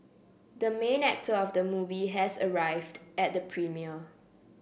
the main actor of the movie has arrived at the premiere